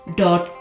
dot